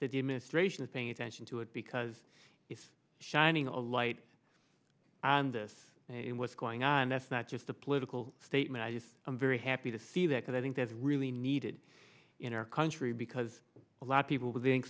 that the administration is paying attention to it because it's shining a light on this what's going on that's not just a political statement i just i'm very happy to see that but i think there's really needed in our country because a lot of people